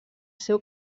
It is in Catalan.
seu